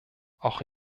auch